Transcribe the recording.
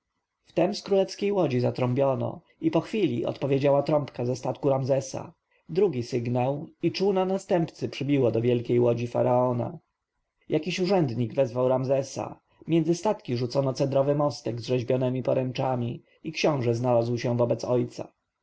wtem z królewskiej łodzi zatrąbiono i po chwili odpowiedziała trąbka ze statku ramzesa drugi sygnał i czółno następcy przybiło do wielkiej łodzi faraona jakiś urzędnik wezwał ramzesa między statki rzucono cedrowy mostek z rzeźbionemi poręczami i książę znalazł się wobec ojca